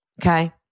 Okay